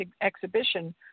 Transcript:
exhibition